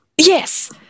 Yes